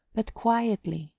but quietly,